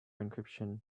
encryption